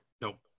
Nope